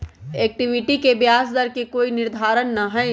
equity के ब्याज दर के कोई निर्धारण ना हई